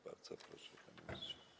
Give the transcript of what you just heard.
Bardzo proszę, panie ministrze.